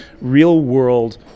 real-world